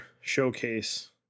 showcase